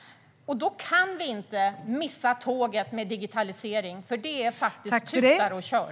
Då kan vi inte missa digitaliseringståget, för det tutar och kör.